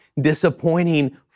disappointing